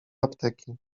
apteki